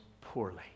poorly